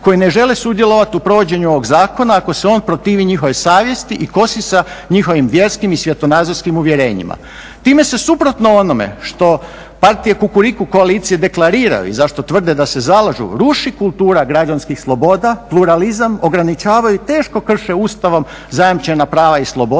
koji ne žele sudjelovati u provođenju ovog zakona ako se on protivi njihovoj savjesti i kosi sa njihovim vjerskim i svjetonazorskim uvjerenjima. Time se suprotno onome što partije Kukuriku koalicije deklariraju i za što tvrde da se zalažu ruši kultura građanskih sloboda, pluralizam, ograničavaju i teško krše Ustavom zajamčena prava i slobode